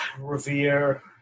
Revere